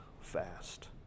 fast